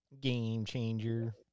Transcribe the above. game-changer